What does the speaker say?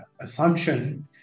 assumption